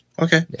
Okay